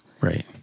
Right